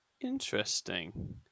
Interesting